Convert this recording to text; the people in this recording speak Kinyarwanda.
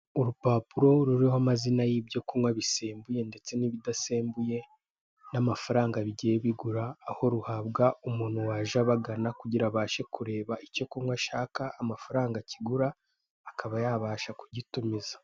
Urupapuro ruriho amazina y'ibinyobwa bisembuye ndetse n'ibidasembuye n'amafaranga bigiye bigura Aho ruhabwa umuntu waje abagana , kugirango abashe kureba icyo kunywa ashaka amafaranga kigura akaba yabasha kugitumiza.